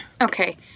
Okay